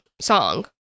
song